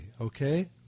okay